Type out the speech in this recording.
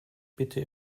bitte